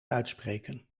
uitspreken